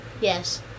Yes